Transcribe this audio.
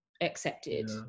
accepted